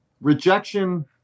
rejection